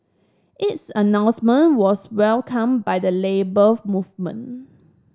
its announcement was welcomed by the Labour Movement